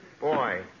Boy